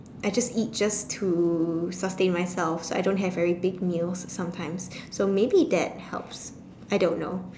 I just eat just to sustain myself I don't have very big meals sometimes so maybe that helps I don't know